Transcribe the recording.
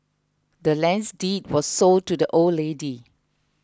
the lands deed was sold to the old lady